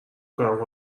کنم